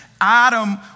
Adam